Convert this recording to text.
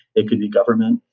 it could be government,